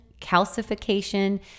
calcification